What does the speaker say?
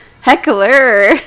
Heckler